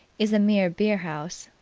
is a mere beerhouse,